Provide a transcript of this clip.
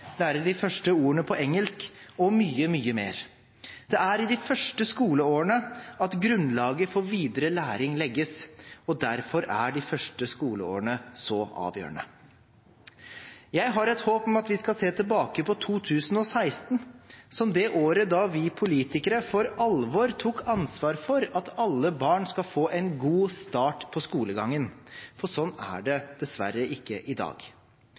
lære de første ordene på engelsk og mye, mye mer. Det er i de første skoleårene at grunnlaget for videre læring legges, og derfor er de første skoleårene så avgjørende. Jeg har et håp om at vi skal se tilbake på 2016 som det året da vi politikere for alvor tok ansvar for at alle barn skal få en god start på skolegangen, for sånn er det dessverre ikke i dag.